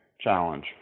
challenge